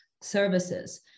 services